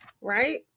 Right